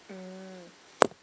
mm